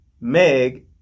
Meg